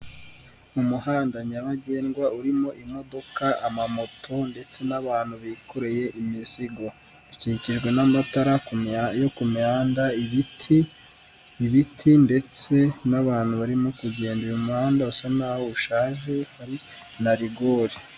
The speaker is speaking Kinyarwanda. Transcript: Umuhanda nyabagendwa urimo imodoka, amamoto ndetse n'abantu bikoreye imizigo. Ukikijwe n'amatara yo ku mihanda ibiti ndetse n'abantu barimo kugenda, umuhanda usa n'aho ushaje na rigori.